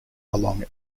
along